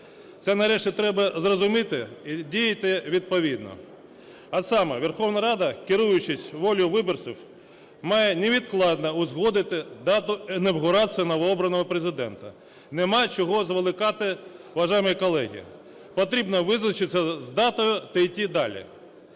Це, нарешті, треба зрозуміти і діяти відповідно. А саме: Верховна Рада, керуючись волею виборців, має невідкладно узгодити дату інавгурації новообраного Президента. Немає чого зволікати, уважаємі колеги, потрібно визначитися з датою та йти далі,